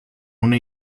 una